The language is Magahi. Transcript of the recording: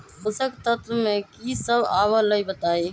पोषक तत्व म की सब आबलई बताई?